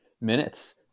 minutes